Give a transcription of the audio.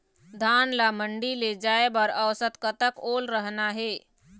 धान ला मंडी ले जाय बर औसत कतक ओल रहना हे?